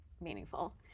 meaningful